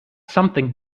something